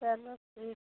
चलो ठीक है